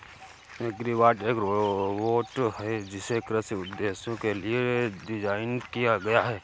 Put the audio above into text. agribot एक robot है जिसे कृषि उद्देश्यों के लिए डिज़ाइन किया गया है